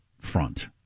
front